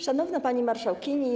Szanowna Pani Marszałkini!